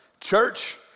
Church